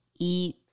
eat